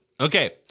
Okay